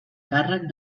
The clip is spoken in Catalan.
càrrec